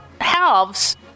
halves